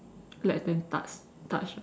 let them touch touch ah